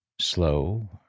Slow